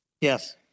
Yes